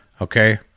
okay